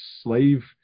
slave